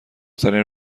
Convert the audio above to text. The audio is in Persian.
ترین